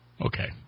Okay